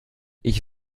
ich